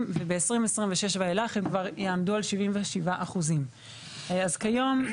וב-2026 ואילך הם כבר יעמדו על 77%. אז כיום,